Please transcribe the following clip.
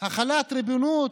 החלת ריבונות?